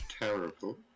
terrible